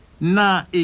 na